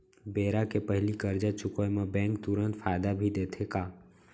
बेरा के पहिली करजा चुकोय म बैंक तुरंत फायदा भी देथे का?